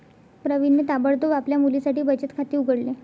प्रवीणने ताबडतोब आपल्या मुलीसाठी बचत खाते उघडले